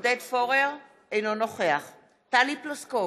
אינו נוכח טלי פלוסקוב,